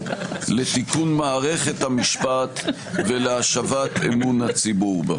לתיקון מערכת המשפט ולהשבת אמון הציבור בה.